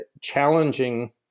challenging